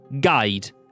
Guide